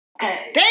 Okay